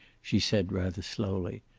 she said, rather slowly.